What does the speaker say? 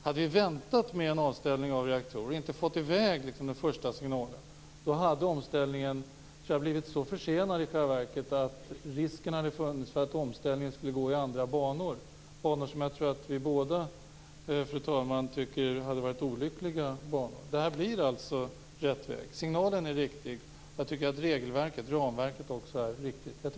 Hade vi väntat med en avställning av reaktorer och inte fått i väg den första signalen hade omställningen i själva verket blivit så försenad att risken hade funnits att omställningen kommit att gå i andra banor, banor som jag tror att vi båda tycker hade varit olyckliga. Detta blir rätt väg. Signalen är riktig. Jag tycker att regelverket och ramverket också är riktigt.